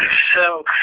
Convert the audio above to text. so